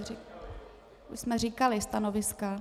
My jsme říkali stanoviska.